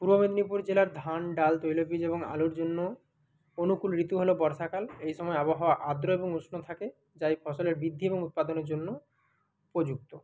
পূর্ব মেদিনীপুর জেলার ধান ডাল তৈল বীজ এবং আলুর জন্য অনুকূল ঋতু হল বর্ষাকাল এই সময় আবহাওয়া আর্দ্র এবং উষ্ণ থাকে যা এই ফসলের বৃদ্ধি এবং উৎপাদনের জন্য প্রযুক্ত